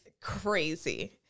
Crazy